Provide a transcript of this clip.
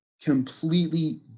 completely